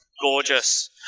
gorgeous